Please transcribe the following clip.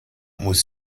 muss